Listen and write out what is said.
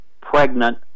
pregnant